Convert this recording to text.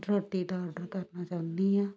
ਰੋਟੀ ਦਾ ਔਡਰ ਕਰਨਾ ਚਾਹੁੰਦੀ ਹਾਂ